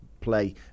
play